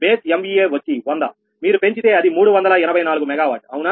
base MVA వచ్చి 100 మీరు పెంచితే అది 384 మెగావాట్ అవునా